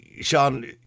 Sean